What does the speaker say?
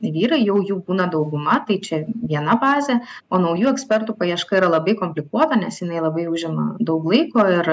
vyrai jau jų būna dauguma tai čia viena bazė o naujų ekspertų paieška yra labai komplikuota nes jinai labai užima daug laiko ir